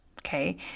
Okay